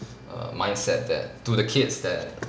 err mindset that to the kids that